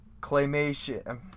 claymation